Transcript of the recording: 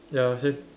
ya same